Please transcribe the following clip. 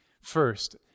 first